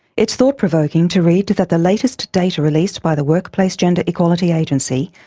it's thought-provoking to read that the latest data released by the workplace gender equality agency,